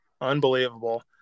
Unbelievable